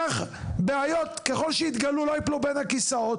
כך בעיות, ככל שיתגלו לא ייפלו בין הכיסאות.